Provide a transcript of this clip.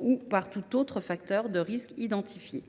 ou par tout autre facteur de risque identifié.